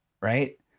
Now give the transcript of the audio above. Right